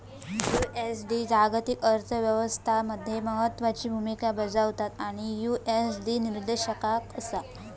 USD जागतिक अर्थ व्यवस्था मध्ये महत्त्वाची भूमिका बजावता आणि यु.एस.डी निर्देशांक असा